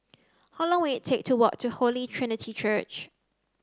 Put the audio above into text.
how long will it take to walk to Holy Trinity Church